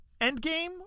Endgame